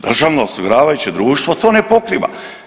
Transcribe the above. Državno osiguravajuće društvo to ne pokriva.